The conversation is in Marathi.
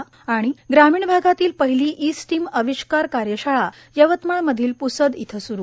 ग ग्रामीण भागातील पहिली ई स्टीम आविष्कार कार्यशाळा यवतमाळ मधील प्सद इथं सुरू